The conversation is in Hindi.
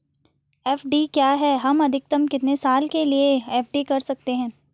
एफ.डी क्या है हम अधिकतम कितने साल के लिए एफ.डी कर सकते हैं?